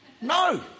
No